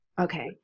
Okay